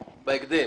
בהקדם?